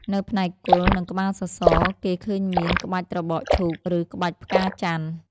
នៅផ្នែកគល់ និងក្បាលសសរ គេឃើញមាន ក្បាច់ត្របកឈូក ឬ ក្បាច់ផ្កាចន្ទន៍។